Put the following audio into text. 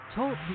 Talk